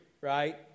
right